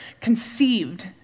conceived